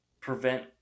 prevent